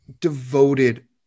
devoted